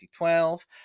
2012